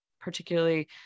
particularly